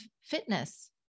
fitness